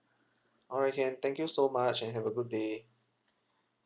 alright can thank you so much and have a good day